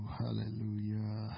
hallelujah